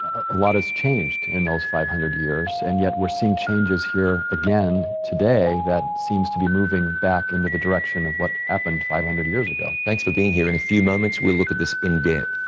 a lot has changed in those five hundred years, and yet we're seeing changes here again today that seems to be moving back into the direction of what happened five hundred years ago. john thanks for being here. in a few moments we'll look at this in